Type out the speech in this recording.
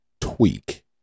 tweak